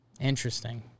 Interesting